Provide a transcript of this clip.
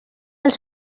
els